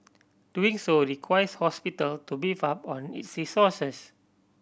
doing so requires hospital to beef up on its resources